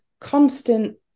constant